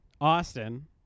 Austin